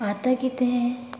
आतां कितें